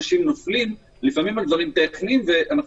אנשים נפסלים על דברים טכניים ואנחנו